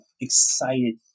excited